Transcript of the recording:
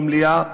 במליאה,